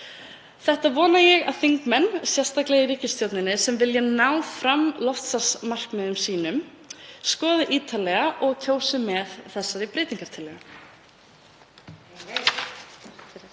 Þetta vona ég að þingmenn, sérstaklega í ríkisstjórninni, sem vilja ná fram loftslagsmarkmiðum sínum, skoði ítarlega og greiði atkvæði með þessari breytingartillögu.